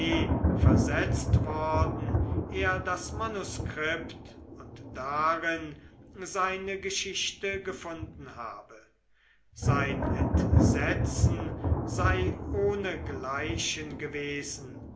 versetzt worden er das manuskript und darin seine geschichte gefunden habe sein entsetzen sei ohnegleichen gewesen